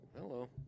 Hello